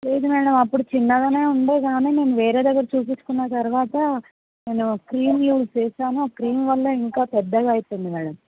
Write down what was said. లేదు మేడమ్ అప్పుడు చిన్నగానే ఉండే గాని నేను వేరే దగ్గర చూపించుకున్న తరువాత నేను క్రీమ్ యూస్ చేసాను ఆ క్రీమ్ వల్ల ఇంకా పెద్దగా అయిపోయింది మేడమ్